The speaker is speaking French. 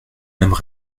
mêmes